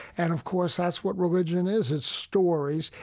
and of course that's what religion is. it's stories,